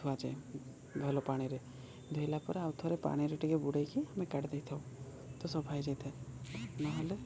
ଥୁଆଯାଏ ଭଲ ପାଣିରେ ଧୋଇଲା ପରେ ଆଉ ଥରେ ପାଣିରେ ଟିକେ ବୁଡ଼େଇକି ଆମେ କାଢ଼ି ଦେଇଥାଉ ତ ସଫା ହେଇଯାଇଥାଏ ନହେଲେ